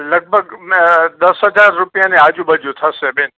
લગભગ દસ હજાર રૂપિયાની આજુ બાજુ થશે બેન